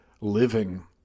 living